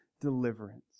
deliverance